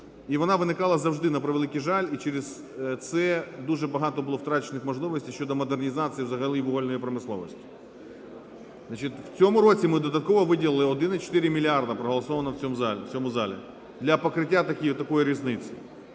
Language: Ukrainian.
І вона виникала завжди, на превеликий жаль. І через це дуже багато було втрачених можливостей щодо модернізації взагалі вугільної промисловості. В цьому році ми додатково виділили 1,4 мільярди, проголосованих в цьому залі для покриття такої різниці.